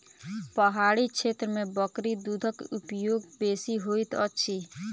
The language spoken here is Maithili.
पहाड़ी क्षेत्र में बकरी दूधक उपयोग बेसी होइत अछि